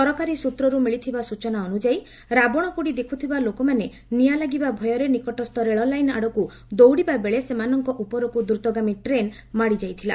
ସରକାରୀ ସୂତ୍ରରୁ ମିଳିଥିବା ସୂଚନା ଅନୁଯାୟୀ ରାବଣପୋଡ଼ି ଦେଖୁଥିବା ଲୋକମାନେ ନିଆଁ ଲାଗିବା ଭୟରେ ନିକଟସ୍ତ ରେଳ ଲାଇନ୍ ଆଡ଼କୁ ଦୌଡ଼ିବାବେଳେ ସେମାନଙ୍କ ଉପରକୁ ଦ୍ରତଗାମି ଟ୍ରେନ୍ ମାଡ଼ିଯାଇଥିଲା